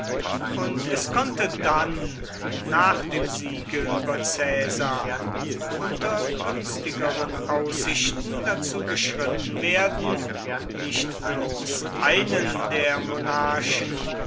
und es konnte dann nach dem siege über caesar unter günstigeren aussichten dazu geschritten werden nicht bloß einen der monarchen